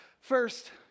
First